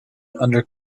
under